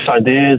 ideas